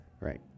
Right